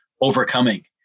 overcoming